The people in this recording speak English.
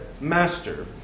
master